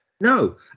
No